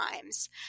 times